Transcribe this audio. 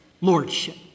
lordship